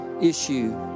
issue